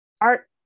art